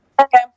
Okay